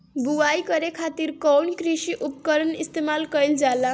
बुआई करे खातिर कउन कृषी उपकरण इस्तेमाल कईल जाला?